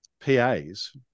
PAs